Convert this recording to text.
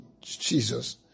Jesus